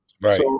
Right